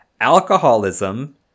alcoholism